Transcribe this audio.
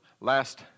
last